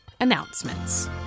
announcements